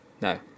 No